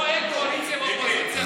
פה אין קואליציה ואופוזיציה בכלל.